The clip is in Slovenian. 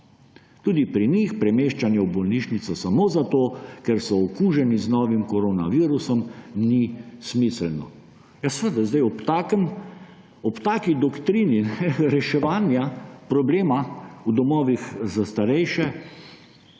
Tudi pri njih premeščanje v bolnišnico samo zato, ker so okuženi z novim koronavirusom, ni smiselno. Ja seveda, ob taki doktrini reševanja problema v domovih za starejše